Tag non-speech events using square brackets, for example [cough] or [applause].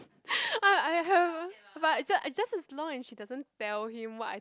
[laughs] I I have but ju~ just as long and she doesn't tell him what I